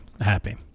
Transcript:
happy